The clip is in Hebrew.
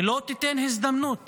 ולא תיתן הזדמנות